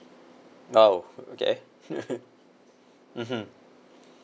!wow! okay mmhmm